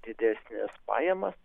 didesnės pajamos